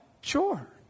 Sure